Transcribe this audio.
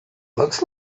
looks